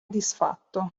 disfatto